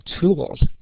tools